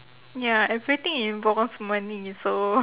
ya everything involves money so